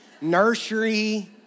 nursery